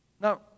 Now